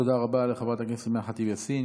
תודה רבה לחברת הכנסת אימאן ח'טיב יאסין.